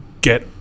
get